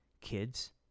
kids